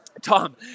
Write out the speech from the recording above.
Tom